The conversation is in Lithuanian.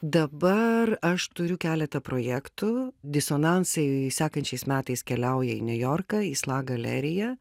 dabar aš turiu keletą projektų disonansai sekančiais metais keliauja į niujorką į sla galeriją